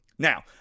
Now